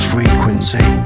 Frequency